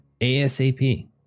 ASAP